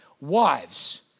Wives